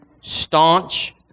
staunch